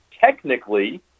technically